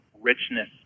richness